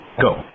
Go